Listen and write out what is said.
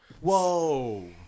Whoa